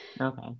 okay